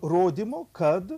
rodymo kad